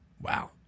Wow